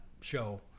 show